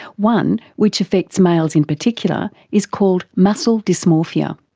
one which affects males in particular is called muscle dysmorphia.